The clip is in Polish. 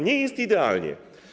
Nie jest idealnie.